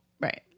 right